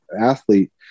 athlete